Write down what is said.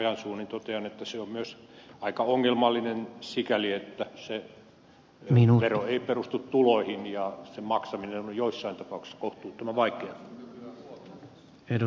ojansuu niin totean että se on myös aika ongelmallinen sikäli että se vero ei perustu tuloihin ja sen maksaminen on joissain tapauksissa kohtuuttoman vaikeaa